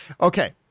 Okay